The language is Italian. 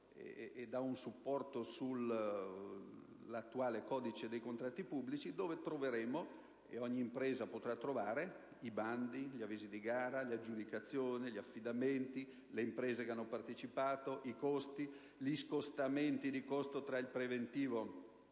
e dà un supporto all'attuale codice dei contratti pubblici, dove troveremo e ogni impresa potrà trovare i bandi, gli avvisi di gara, le aggiudicazioni, gli affidamenti, le imprese che hanno partecipato, i costi, gli scostamenti di costo tra il preventivo e il definitivo,